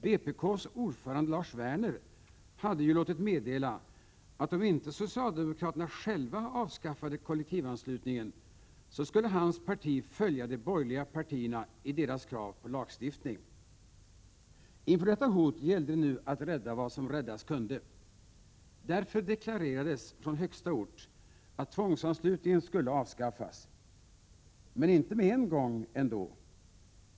Vpk:s ordförande Lars Werner hade ju låtit meddela att om inte socialdemokraterna själva avskaffade kollektivanslutningen skulle hans parti följa de borgerliga partierna i deras krav på lagstiftning. Inför detta hot gällde det nu att rädda vad som räddas kunde. Därför deklarerades från högsta ort att tvångsanslutningen skulle avskaffas. Men inte med en gång, ändå.